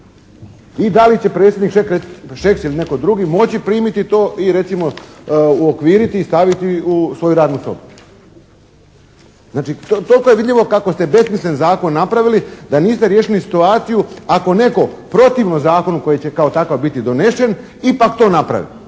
I da li će predsjednik Šeks ili neko drugi moći primiti to i recimo uokviriti i staviti u svoju radnu sobu? Znači toliko je vidljivo kako ste besmislen zakon napravili da niste riješili situaciju ako netko protivno zakonu koji će kao takav biti donesen ipak to napravi.